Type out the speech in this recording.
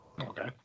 Okay